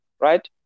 right